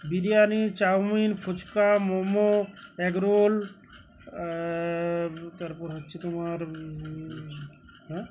biryani chow mein phuchka momo egg roll তারপর হচ্ছে তোমার হ্যাঁ